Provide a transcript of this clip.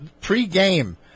pre-game